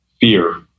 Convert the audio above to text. Fear